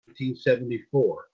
1974